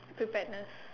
preparedness